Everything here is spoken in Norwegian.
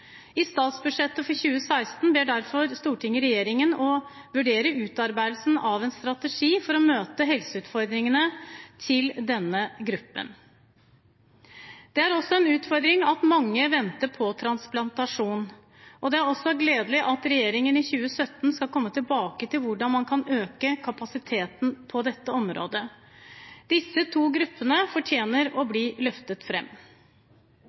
I forbindelse med statsbudsjettet for 2016 ber derfor Stortinget regjeringen om å vurdere utarbeidelsen av en strategi for å møte helseutfordringene til denne gruppen. Det er også en utfordring at mange venter på transplantasjon. Det er også gledelig at regjeringen i 2017 skal komme tilbake til hvordan man kan øke kapasiteten på dette området. Disse to gruppene fortjener å bli løftet